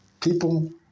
people